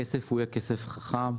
הכסף יהיה כסף חכם,